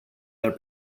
their